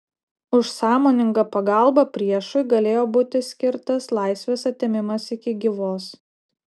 už sąmoningą pagalbą priešui galėjo būti skirtas laisvės atėmimas iki gyvos